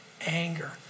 anger